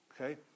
Okay